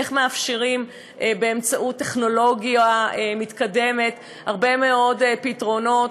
איך מאפשרים באמצעות טכנולוגיה מתקדמת הרבה מאוד פתרונות,